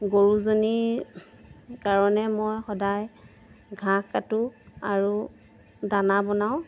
গৰুজনীৰ কাৰণে মই সদায় ঘাঁহ কাটোঁ আৰু দানা বনাওঁ